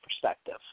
perspective